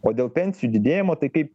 o dėl pensijų didėjimo tai kai